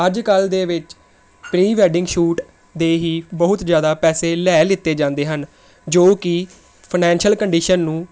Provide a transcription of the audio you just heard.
ਅੱਜ ਕੱਲ੍ਹ ਦੇ ਵਿੱਚ ਪ੍ਰੀ ਵੈਡਿੰਗ ਸ਼ੂਟ ਦੇ ਹੀ ਬਹੁਤ ਜ਼ਿਆਦਾ ਪੈਸੇ ਲੈ ਲਿਤੇ ਜਾਂਦੇ ਹਨ ਜੋ ਕਿ ਫਾਨੈਂਸ਼ੀਅਲ ਕੰਡੀਸ਼ਨ ਨੂੰ